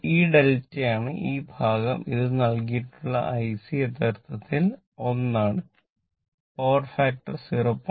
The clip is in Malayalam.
ഈ ഡെൽറ്റയാണ് ഈ ഭാഗം ഇത് നൽകിയിട്ടുള്ള IC യഥാർത്ഥത്തിൽ ഒന്നാണ് പവർ ഫാക്ടർ 0